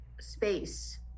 space